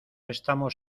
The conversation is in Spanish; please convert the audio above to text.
estamos